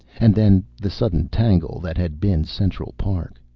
and then the sudden tangle that had been central park.